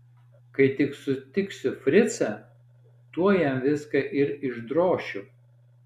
kai tik sutiksiu fricą tuoj jam viską ir išdrošiu